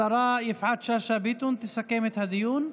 השרה יפעת שאשא ביטון תסכם את הדיון.